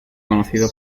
conocido